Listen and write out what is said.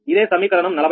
ఇదే సమీకరణం 41